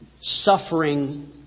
suffering